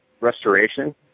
restoration